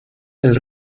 del